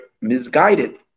misguided